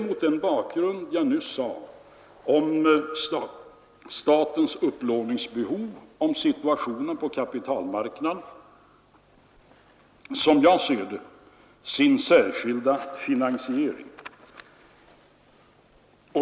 Mot den bakgrund jag nyss skildrade av statens upplåningsbehov och situationen på kapitalmarknaden kräver detta, som jag ser det, sin särskilda finansiering.